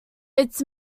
its